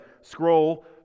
scroll